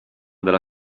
della